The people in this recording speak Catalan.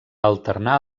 alternar